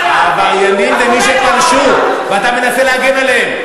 העבריינים זה מי שפלשו, ואתה מנסה להגן עליהם.